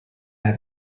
have